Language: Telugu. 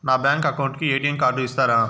నా బ్యాంకు అకౌంట్ కు ఎ.టి.ఎం కార్డు ఇస్తారా